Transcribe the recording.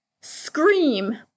scream